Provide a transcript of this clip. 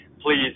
please